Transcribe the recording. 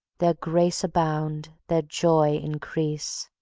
their grace abound, their joy increase.